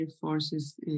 forces